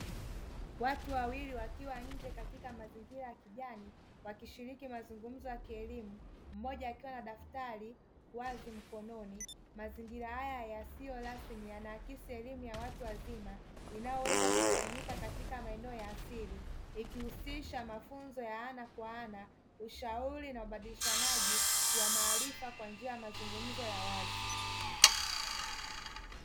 Watu wawili wakiwa nje katika mazingira ya kijani wakishiriki mazungumzo ya kielimu mmoja akiwa na daftari wazi mkononi, mazingira haya yasiyo rasmi yanakisi elimu ya watu wazima inayoweza kufanyika katika maeneo ya asili ikihusisha mafunzo ya ana kwa ana ushauri na ubadilishanaji wa maarifa kwa njia ya mazungumzo ya wazi.